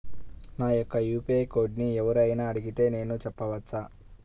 నా యొక్క యూ.పీ.ఐ కోడ్ని ఎవరు అయినా అడిగితే నేను చెప్పవచ్చా?